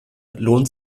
lohnt